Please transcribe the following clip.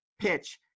PITCH